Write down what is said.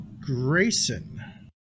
Grayson